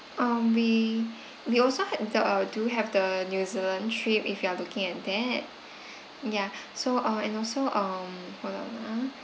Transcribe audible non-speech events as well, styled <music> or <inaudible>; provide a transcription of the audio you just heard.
um we <breath> we also had the do have the new zealand trip if you are looking at that <breath> ya so uh and also um hold on ah